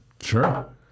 sure